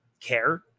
care